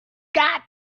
got